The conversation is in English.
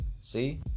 see